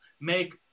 make